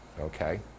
Okay